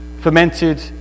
fermented